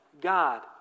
God